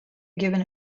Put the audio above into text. given